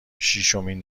شیشمین